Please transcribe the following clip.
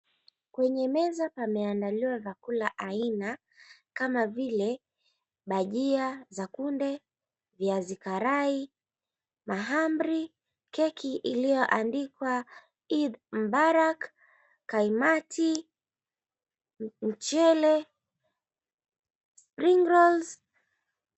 Kwenye meza pameandaliwa vyakula aina kama vile bajia za kunde, viazi karai, mahamri, keki iliyoandikwa Eid Mubarak, kaimati, mchele, sring rolls .